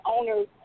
owners